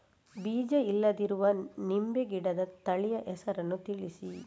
ಬೀಜ ಇಲ್ಲದಿರುವ ನಿಂಬೆ ಗಿಡದ ತಳಿಯ ಹೆಸರನ್ನು ತಿಳಿಸಿ?